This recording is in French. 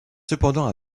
cependant